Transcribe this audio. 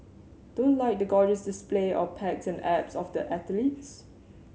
don't like the gorgeous display of pecs and abs of the athletes